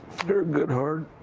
very good heart.